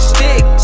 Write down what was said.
Stick